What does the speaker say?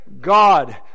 God